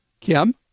Kim